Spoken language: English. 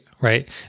right